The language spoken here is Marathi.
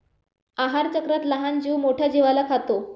आहारचक्रात लहान जीव मोठ्या जीवाला खातो